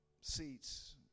seats